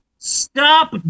Stop